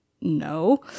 no